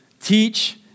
teach